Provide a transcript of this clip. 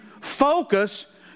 focus